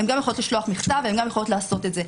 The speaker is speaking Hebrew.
הן גם יכולות לשלוח מכתב והן גם יכולות לעשות את זה.